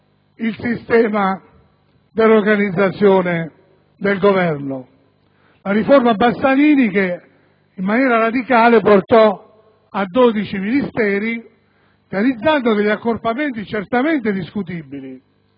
il sistema dell'organizzazione del Governo. La riforma Bassanini intervenne in maniera radicale portando a 12 i Ministeri, realizzando degli accorpamenti certamente discutibili,